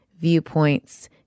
viewpoints